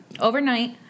Overnight